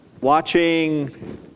Watching